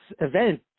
event